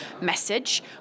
message